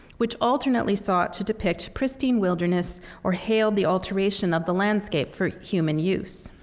which alternately sought to depict pristine wilderness or hailed the alteration of the landscape for human use.